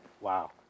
Wow